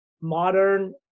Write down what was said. modern